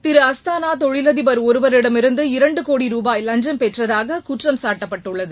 திரு அஸ்தானா தொழிலதிபர் ஒருவரிடமிருந்து இரண்டு கோடி ருபாய் லஞ்சம் பெற்றதாக குற்றம்சாட்டப்பட்டுள்ளது